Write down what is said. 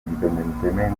indipendentemente